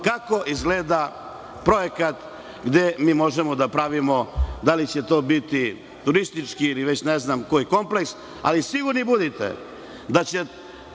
kako izgleda projekat gde možemo da pravimo, da li će to biti turistički ili već ne znam koji kompleks. Budite sigurni da će